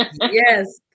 yes